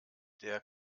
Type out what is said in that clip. der